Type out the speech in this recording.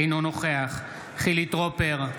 אינו נוכח חילי טרופר,